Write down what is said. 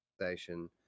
station